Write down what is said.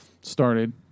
started